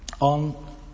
on